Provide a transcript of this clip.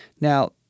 Now